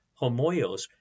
homoios